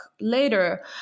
later